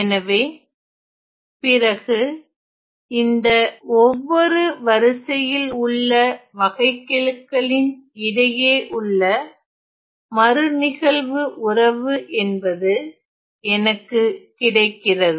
எனவே பிறகு இந்த ஒவ்வொரு வரிசையில் உள்ள வகைக்கெழுக்களின் இடையே உள்ள மறுநிகழ்வு உறவு என்பது எனக்கு கிடைக்கிறது